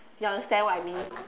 you understand what I mean